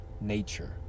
nature